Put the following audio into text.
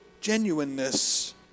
genuineness